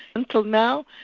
until now,